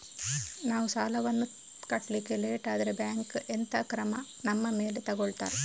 ನಾವು ಸಾಲ ವನ್ನು ಕಟ್ಲಿಕ್ಕೆ ಲೇಟ್ ಆದ್ರೆ ಬ್ಯಾಂಕ್ ಎಂತ ಕ್ರಮ ನಮ್ಮ ಮೇಲೆ ತೆಗೊಳ್ತಾದೆ?